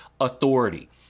authority